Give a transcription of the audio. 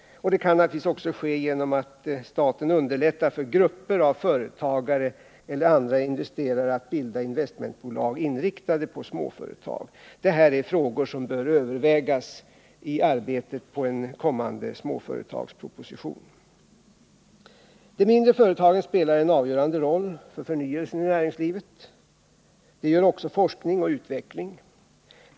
Det kan naturligtvis också ske genom att staten underlättar för grupper av företagare eller andra investerare att bilda investmentbolag, inriktade på småföretag. Det här är frågor som bör övervägas i arbetet på en kommande småföretagsproposition. De mindre företagen spelar en avgörande roll för förnyelsen i näringslivet. Det gör också forskning och utveckling.